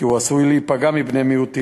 כי הוא עשוי להיפגע מבני-מיעוטים,